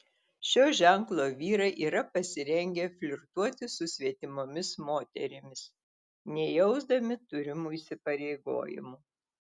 šio ženklo vyrai yra pasirengę flirtuoti su svetimomis moterimis nejausdami turimų įsipareigojimų